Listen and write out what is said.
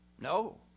No